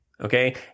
okay